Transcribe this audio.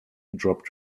drop